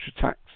tax